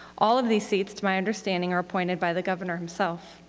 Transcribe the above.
all of these seats, to my understanding, are appointed by the governor himself.